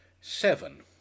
seven